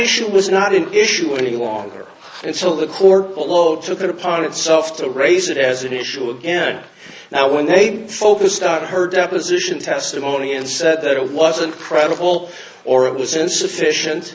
issue was not an issue a little longer until the corporate load took it upon itself to raise it as an issue again now when they focused on her deposition testimony and said that it wasn't credible or it was insufficient